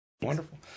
Wonderful